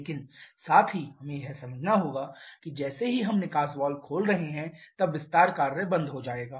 लेकिन साथ ही हमें यह समझना होगा कि जैसे ही हम निकास वाल्व खोल रहे हैं तब विस्तार कार्य बंद हो जाएगा